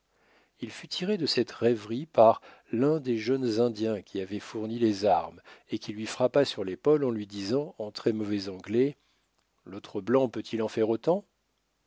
il fut tiré de cette rêverie par l'un des jeunes indiens qui avaient fourni les armes et qui lui frappa sur l'épaule en lui disant en très mauvais anglais l'autre blanc peut-il en faire autant